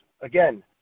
again